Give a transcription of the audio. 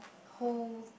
whole